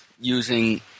using